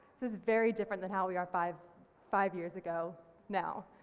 this is very different than how we are five five years ago now.